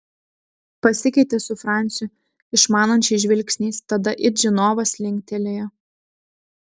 pasikeitė su franciu išmanančiais žvilgsniais tada it žinovas linktelėjo